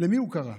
למי הוא כרע?